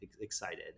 excited